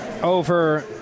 over